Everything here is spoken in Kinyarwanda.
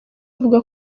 avuga